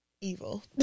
evil